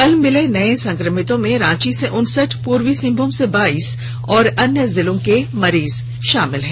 कल मिले नए संक्रमितों में रांची से उनसठ पूर्वी सिंहभूम से बाइस और अन्य जिलों के मरीज शामिल हैं